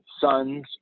sons